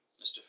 Mr